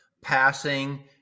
passing